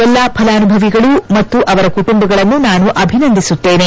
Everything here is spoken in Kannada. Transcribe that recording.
ಎಲ್ಲಾ ಫಲಾನುಭವಿಗಳು ಮತ್ತು ಅವರ ಕುಟುಂಬಗಳನ್ನು ನಾನು ಅಭಿನಂದಿಸುತ್ತೇನೆ